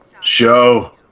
Show